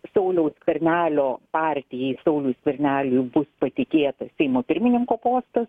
sauliaus skvernelio partijai sauliui skverneliui bus patikėtas seimo pirmininko postas